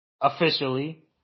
officially